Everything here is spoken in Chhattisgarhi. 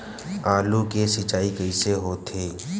आलू के सिंचाई कइसे होथे?